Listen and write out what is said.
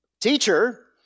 Teacher